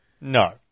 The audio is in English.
No